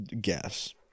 guess